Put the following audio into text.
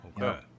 Okay